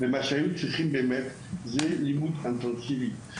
מה שהיינו צריכים באמת זה לימוד אינטנסיבי.